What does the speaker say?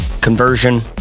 conversion